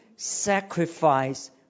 sacrifice